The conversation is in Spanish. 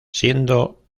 siendo